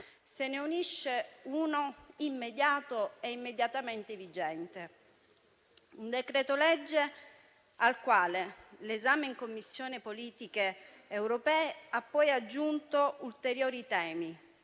se ne unisce uno immediato e immediatamente vigente: un decreto-legge al quale l'esame in Commissione politiche europee ha poi aggiunto ulteriori temi